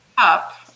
up